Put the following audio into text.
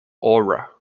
aura